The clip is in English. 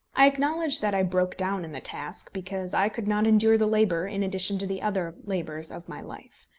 i acknowledge that i broke down in the task, because i could not endure the labour in addition to the other labours of my life.